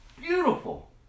beautiful